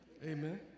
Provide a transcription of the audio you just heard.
Amen